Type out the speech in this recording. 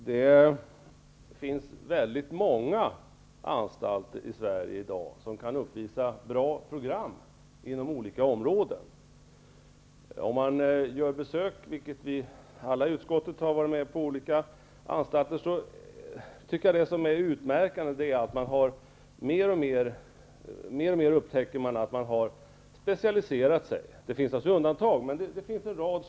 Herr talman! Det finns väldigt många anstalter i Sverige i dag som kan uppvisa bra program inom olika områden. Vi har alla i utskottet gjort besök på olika anstalter. Vid dessa besök har det utmärkande varit att man mer och mer har specialiserat sig. Det finns naturligtvis undantag.